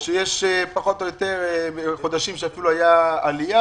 שיש פחות או יותר חודשים שאפילו הייתה עלייה